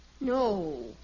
No